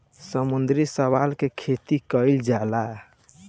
समुद्री शैवाल के खेती कईल जाला